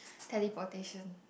teleportation